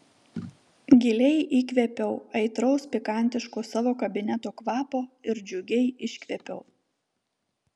giliai įkvėpiau aitraus pikantiško savo kabineto kvapo ir džiugiai iškvėpiau